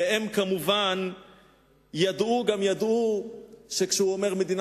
והם כמובן ידעו גם ידעו שכשהוא אומר מדינה